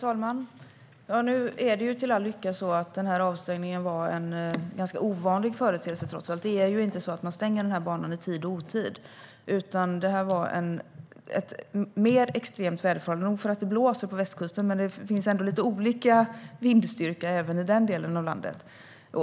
Herr talman! Nu är det ju till att lycka så att denna avstängning var en ganska ovanlig företeelse. Man stänger ju inte den här banan i tid och otid, utan det här var extrema väderförhållanden. Nog för att det blåser på västkusten, men det finns ändå olika vindstyrkor även i den delen av landet.